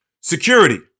security